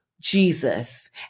Jesus